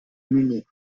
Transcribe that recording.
munich